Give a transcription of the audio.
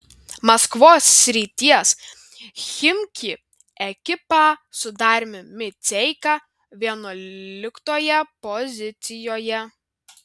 maskvos srities chimki ekipa su dariumi miceika vienuoliktoje pozicijoje